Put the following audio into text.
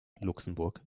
luxemburg